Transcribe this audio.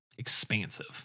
expansive